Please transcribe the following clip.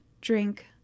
drink